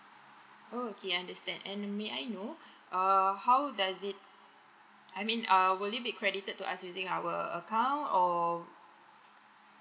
oh okay understand and may I know err how does it I mean err will it be credited to us using our account or